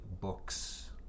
books